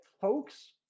folks